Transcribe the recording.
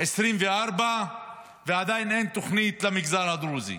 2024 ועדיין אין תוכנית למגזר הדרוזי.